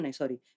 sorry